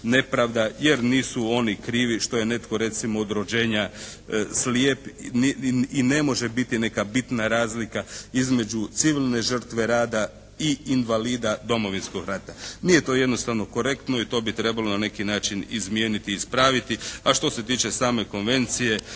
jer nisu oni krivi što je netko recimo od rođenja slijep i ne može biti neka bitna razlika između civilne žrtve rada i invalida domovinskog rata. Nije to jednostavno korektno i to bi trebalo na neki način izmijeniti i ispraviti. A što se tiče same konvencije